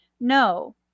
No